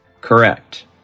Correct